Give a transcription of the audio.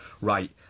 Right